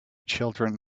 children